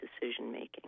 decision-making